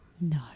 No